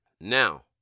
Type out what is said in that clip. Now